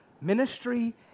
ministry